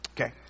Okay